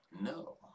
No